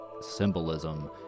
symbolism